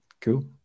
Cool